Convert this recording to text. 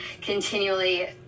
continually